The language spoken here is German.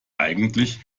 eigentlich